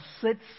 sits